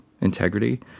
integrity